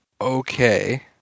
okay